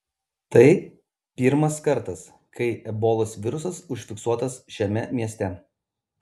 tai pirmas kartas kai ebolos virusas užfiksuotas šiame mieste